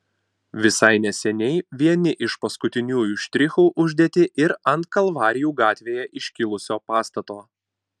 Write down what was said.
visai neseniai vieni iš paskutiniųjų štrichų uždėti ir ant kalvarijų gatvėje iškilusio pastato